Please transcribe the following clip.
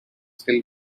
still